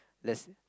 let's